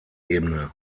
ebene